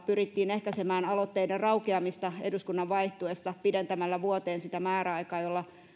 pyrittiin ehkäisemään aloitteiden raukeamista eduskunnan vaihtuessa pidentämällä vuoteen sitä määräaikaa